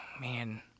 man